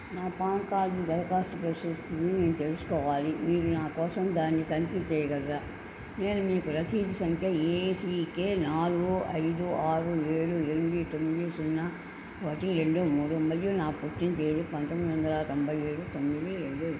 నా PAN card దరఖాస్తు ప్రస్తుత స్థితిని నేను తెలుసుకోవాలి మీరు నా కోసం దాన్ని తనిఖీ చెయ్యగలరా నేను మీకు రసీదు సంఖ్య ఏసీకే నాలుగు ఐదు ఆరు ఏడు ఎనిమిది తొమ్మిది సున్నా ఒకటి రెండు మూడు మరియు నా పుట్టిన తేదీ పంతొమ్మిది వందల తొంభై ఏడు తొమ్మిది రెండు ఇస్తాను